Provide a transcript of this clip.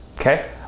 Okay